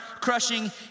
crushing